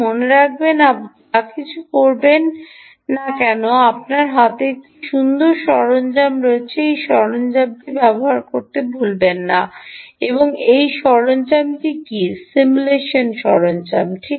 মনে রাখবেন আপনি যা কিছু করেন না কেন আপনার হাতে একটি সুন্দর সরঞ্জাম রয়েছে এবং সেই সরঞ্জামটি ব্যবহার করতে ভুলবেন না এবং সরঞ্জামটি কী সিমুলেশন সরঞ্জামটি সঠিক